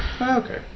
Okay